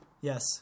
Yes